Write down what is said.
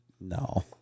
No